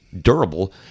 durable